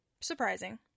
surprising